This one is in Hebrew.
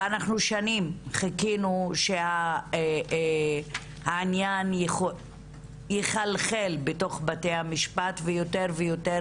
שנים חיכינו שהעניין יחלחל בתוך בתי המשפט ויותר ויותר